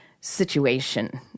situation